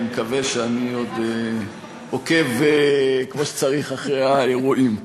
אני מקווה שאני עוד עוקב כמו שצריך אחרי האירועים.